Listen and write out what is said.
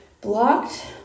blocked